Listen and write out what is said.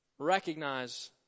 recognize